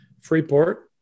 Freeport